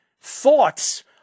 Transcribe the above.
thoughts